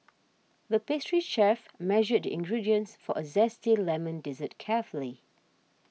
the pastry chef measured the ingredients for a Zesty Lemon Dessert carefully